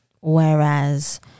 Whereas